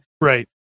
right